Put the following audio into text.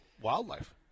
wildlife